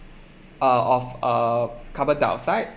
uh of uh carbon dioxide